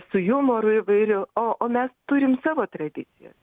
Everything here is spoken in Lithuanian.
su jumoru įvairiu o o mes turim savo tradicijas